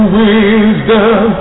wisdom